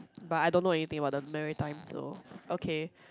but I don't know anything about the maritime so okay